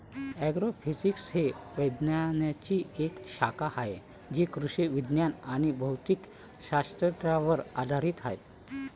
agrophysics ही विज्ञानाची एक शाखा आहे जी कृषी विज्ञान आणि भौतिक शास्त्रावर आधारित आहे